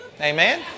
Amen